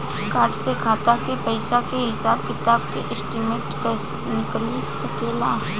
Card से खाता के पइसा के हिसाब किताब के स्टेटमेंट निकल सकेलऽ?